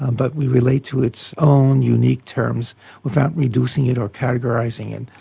and but we relate to its own, unique terms without reducing it or categorising it.